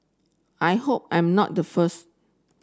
I hope I'm not the first